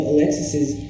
Alexis's